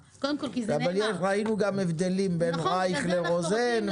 ראינו גם הבדלים בין רייך לרוזן.